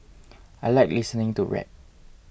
I like listening to rap